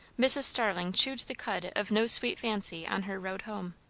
mrs. starling chewed the cud of no sweet fancy on her road home.